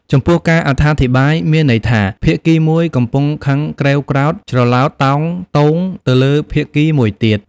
ចំពោះការអត្ថាធិប្បាយ មានន័យថា ភាគីមួយកំពុងខឹងក្រេវក្រោធ ច្រឡោតតោងតូងទៅលើភាគីមួយទៀត ។